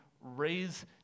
raise